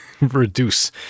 reduce